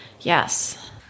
yes